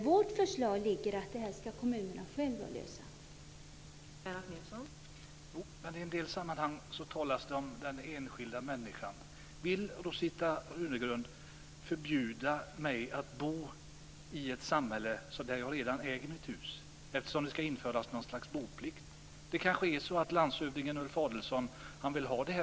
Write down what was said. Vårt förslag är att kommunerna själva ska lösa det här.